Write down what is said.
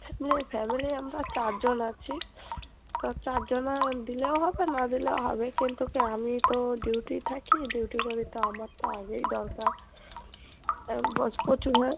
family family আমরা চার জন আছি তা চার জনার দিলেও হবে না দিলেও হবে কিন্তু কি আমি তো ডিউটি থাকি ডিউটি করি তো আমার তো আগেই দরকার